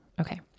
Okay